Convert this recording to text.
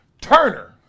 Turner